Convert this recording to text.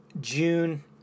June